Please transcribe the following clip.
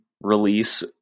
release